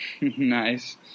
Nice